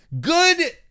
Good